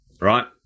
right